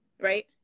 right